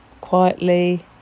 quietly